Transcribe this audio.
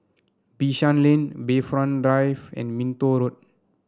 Bishan Lane Bayfront Drive and Minto Road